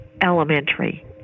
elementary